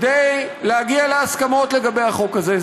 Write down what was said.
כדי להגיע להסכמות לגבי החוק הזה.